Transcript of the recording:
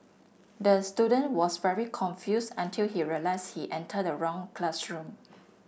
the student was very confused until he realised he entered the wrong classroom